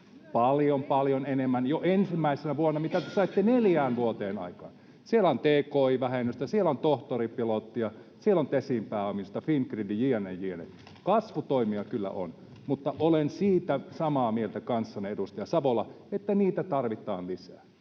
paljon enemmän jo ensimmäisenä vuonna kuin mitä te saitte neljään vuoteen aikaan. Siellä on tki-vähennystä, siellä on tohtoripilottia, siellä on Tesin pääomittamista, Fingridin jne. jne. Kasvutoimia kyllä on. Mutta olen siitä samaa mieltä kanssanne, edustaja Savola, että niitä tarvitaan lisää,